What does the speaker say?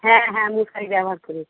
হ্যাঁ হ্যাঁ মশারি ব্যবহার করেছি